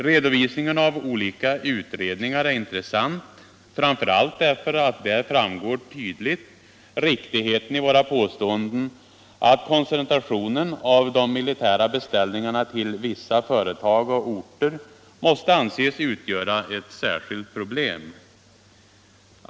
Redovisningen av olika utredningar är intressant, framför allt därför att där framgår tydligt riktigheten i våra påståenden att koncentrationen av de militära beställningarna till vissa företag och orter måste anses utgöra ett särskilt problem.